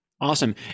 Awesome